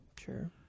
Sure